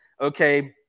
okay